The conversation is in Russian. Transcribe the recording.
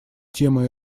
темой